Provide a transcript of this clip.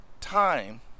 time